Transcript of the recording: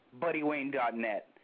BuddyWayne.net